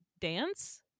dance